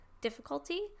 difficulty